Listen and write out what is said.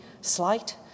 slight